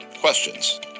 questions